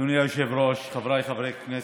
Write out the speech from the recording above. אדוני היושב-ראש, חבריי חברי הכנסת,